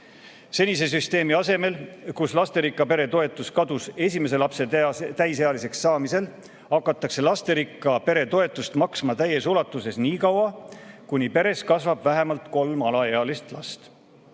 Senise süsteemi asemel, kus lasterikka pere toetus kadus esimese lapse täisealiseks saamisel, hakatakse lasterikka pere toetust maksma täies ulatuses nii kaua, kuni peres kasvab vähemalt kolm alaealist last.